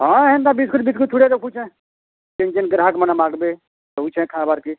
ହଁ ହେନ୍ତା ବିସ୍କୁଟ୍ ଫିସ୍କୁଟ୍ ଥୁଡ଼େ ରଖୁଛେ ଜିନ୍ ଜିନ୍ ଗ୍ରାହାକ୍ ମାନେ ମାଗ୍ବେ ଦେଉଛେଁ ଖାବାର୍କେ